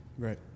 Right